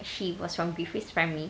she was from griffiths primary